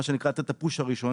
מה שנקרא לתת את הפוש הראשוני,